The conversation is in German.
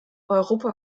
europa